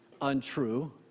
untrue